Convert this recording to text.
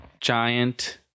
Giant